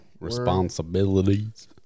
Responsibilities